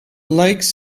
lakes